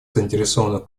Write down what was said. заинтересованных